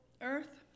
Earth